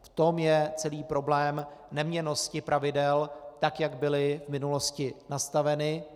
V tom je celý problém neměnnosti pravidel, tak jak byla v minulosti nastavena.